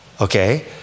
okay